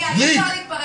גליק.